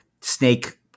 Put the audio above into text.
snake